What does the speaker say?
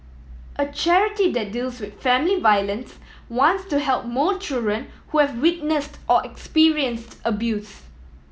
a charity that deals with family violence wants to help more children who have witnessed or experienced abuse